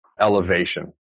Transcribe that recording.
elevation